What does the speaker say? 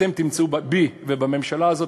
אתם תמצאו בי ובממשלה הזו,